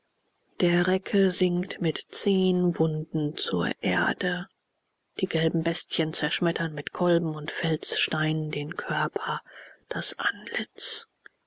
der recke sinkt mit zehn wunden zur erde die gelben bestien zerschmettern mit kolben und felssteinen den körper das antlitz